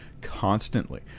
constantly